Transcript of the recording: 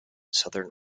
southern